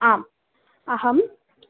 आम् अहम्